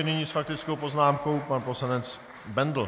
Nyní s faktickou poznámkou pan poslanec Bendl.